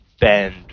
bend